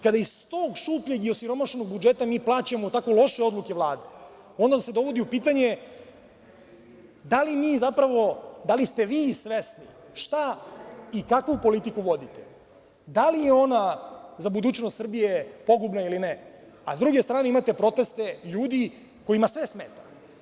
Kada iz tog šupljeg i osiromašenog budžeta mi plaćamo tako loše odluke Vlade, onda se dovodi u pitanje da li ste vi svesni šta i kakvu politiku vodite, da li je ona za budućnost Srbije pogubna ili ne, a s druge strane imate proteste ljudi kojima sve smeta.